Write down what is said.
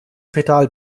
pedal